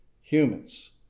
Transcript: humans